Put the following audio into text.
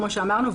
כמו שאמרנו,